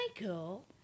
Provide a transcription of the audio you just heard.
Michael